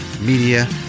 Media